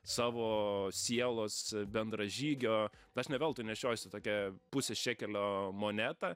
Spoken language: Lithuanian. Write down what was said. savo sielos bendražygio aš ne veltui nešiojuosi tokią pusės šekelio monetą